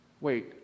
wait